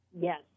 Yes